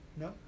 No